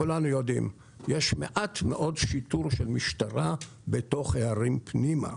כולנו יודעים: יש מעט מאוד שיטור של משטרה בתוך הערים פנימה.